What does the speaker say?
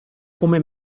come